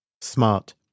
Smart